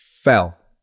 fell